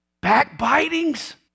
Backbitings